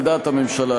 על דעת הממשלה,